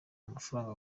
amafaranga